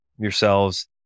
Yourselves